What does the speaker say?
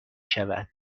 شود